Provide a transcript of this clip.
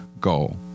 goal